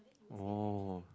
oh